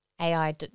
AI